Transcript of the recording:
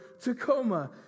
Tacoma